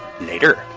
Later